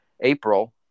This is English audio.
April